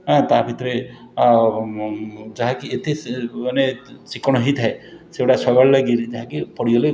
ଆଁ ତା' ଭିତରେ ଯାହାକି ଏତେ ସେ ମାନେ ଚିକ୍କଣ ହେଇଥାଏ ସେଗୁଡ଼ା ଶୈବାଳ ଲାଗିକରି ଯାହାକି ପଡ଼ିଗଲେ